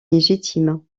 légitime